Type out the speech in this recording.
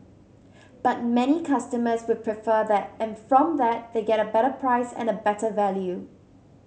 but many customers would prefer that and from that they get a better price and a better value